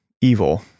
evil